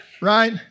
right